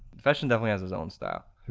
fechin definitely has his own style.